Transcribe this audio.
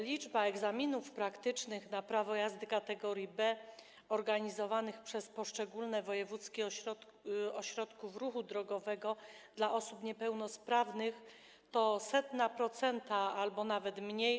Liczba egzaminów praktycznych na prawo jazdy kategorii B organizowanych przez poszczególne wojewódzkie ośrodki ruchu drogowego dla osób niepełnosprawnych to 0,01% albo nawet mniej.